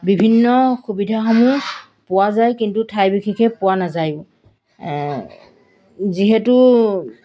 বিভিন্ন সুবিধাসমূহ পোৱা যায় কিন্তু ঠাই বিশেষে পোৱা নাযায়ো যিহেতু